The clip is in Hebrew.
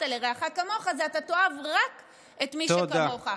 לרעך כמוך" זה "אתה תאהב רק את מי שכמוך".